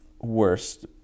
worst